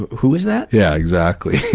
who is that? yeah, exactly.